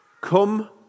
Come